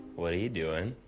what are you doing?